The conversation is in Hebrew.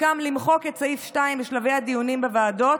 הוסכם למחוק את סעיף 2 בשלבי הדיונים בוועדות.